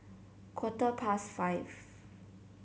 quarter past five